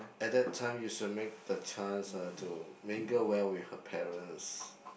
at that time you should make the chance uh to mingle well with her parents